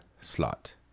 Slot